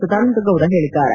ಸದಾನಂದ ಗೌಡ ಹೇಳಿದ್ದಾರೆ